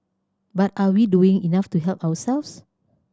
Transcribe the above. but are we doing enough to help ourselves